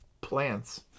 plants